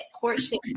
courtship